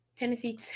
Tennessee